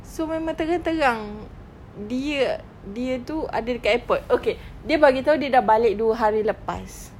so memang terang-terang dia dia itu ada dekat airport okay dia bagi tahu dia sudah balik dua hari lepas